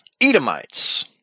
Edomites